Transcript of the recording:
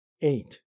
eight